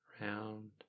round